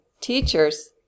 teachers